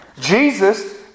Jesus